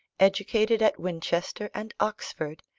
educated at winchester and oxford,